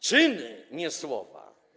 Czyny, nie słowa.